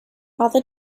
other